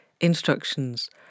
instructions